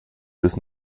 bis